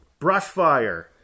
Brushfire